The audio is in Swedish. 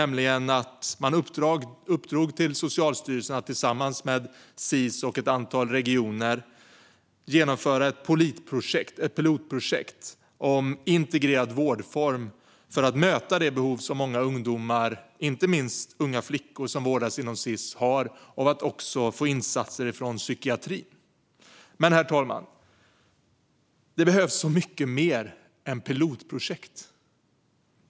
Man gav då Socialstyrelsen i uppdrag att tillsammans med Sis och ett antal regioner genomföra ett pilotprojekt om en integrerad vårdform för att möta det behov som många ungdomar, inte minst unga flickor, som vårdas inom Sis har av insatser också från psykiatrin. Men, herr talman, det behövs så mycket mer än bara pilotprojekt.